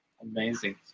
amazing